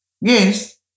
Yes